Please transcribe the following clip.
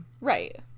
Right